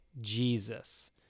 Jesus